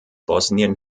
bosnien